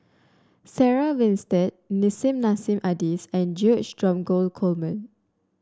Sarah Winstedt Nissim Nassim Adis and George Dromgold Coleman